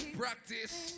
practice